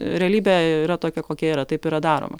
realybė yra tokia kokia yra taip yra daroma